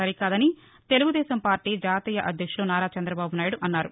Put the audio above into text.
సరికాదని తెలుగుదేశం పార్లీ జాతీయ అధ్యక్షులు నారా చంద్రబాబు నాయుడు అన్నారు